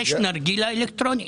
יש נרגילה אלקטרונית.